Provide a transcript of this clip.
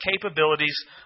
capabilities